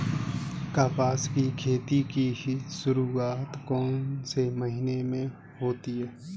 कपास की खेती की शुरुआत कौन से महीने से होती है?